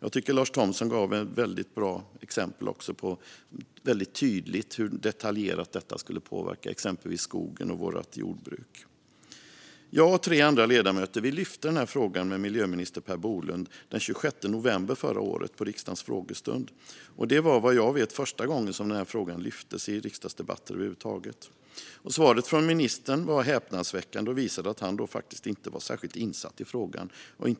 Jag tycker att Lars Thomsson gav tydliga och detaljerade exempel på hur till exempel skogen och jordbruket skulle påverkas. Jag och tre andra ledamöter lyfte upp frågan med miljöminister Per Bolund den 26 november förra året under riksdagens frågestund, och det var vad jag vet första gången frågan lyftes upp i debatter i riksdagen. Svaret från ministern var häpnadsväckande och visade att han faktiskt inte var särskilt insatt i frågan